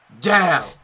down